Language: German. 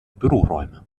büroräume